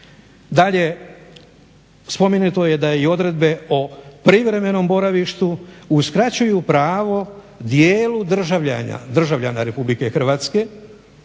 Dalje, spomenuto je da i odredbe o privremenom boravištu uskraćuju pravo dijelu državljana Republike Hrvatske,